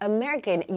American